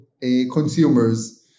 consumers